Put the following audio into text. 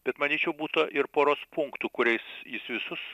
bet manyčiau būta ir poros punktų kuriais jis visus